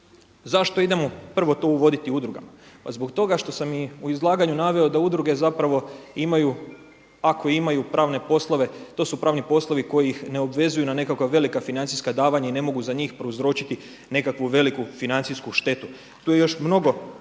zašto idemo prvo to uvoditi u udrugama? Pa zbog toga što sam i u izlaganju naveo da udruge imaju ako imaju pravne poslove, to su pravni poslovi koji ih ne obvezuju na nekakva velika financijska davanja i ne mogu za njih prouzročiti nekakvu veliku financijsku štetu. Tu je još mnogo